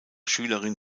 schülerin